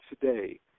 today